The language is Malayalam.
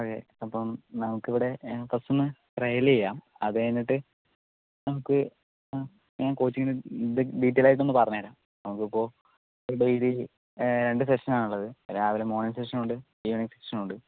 അപ്പം നമുക്ക് ഇവിടെ കുറച്ച് ഒന്ന് ട്രയൽ ചെയ്യാം അത് കഴിഞ്ഞിട്ട് നമുക്ക് കോച്ചിങ്ങിൻ്റെ ഡീറ്റൈൽഡ് ആയിട്ട് ഒന്ന് പറഞ്ഞ് തരാം നമുക്ക് ഇപ്പോൾ ഡെയിലി രണ്ട് സെക്ഷനാണ് ഉള്ളത് രാവിലെ മോർണിംഗ് സെക്ഷനുണ്ട് ഈവെനിംഗ് സെക്ഷനുണ്ട്